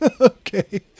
Okay